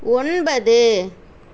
ஒன்பது